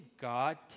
God